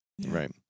right